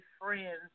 friends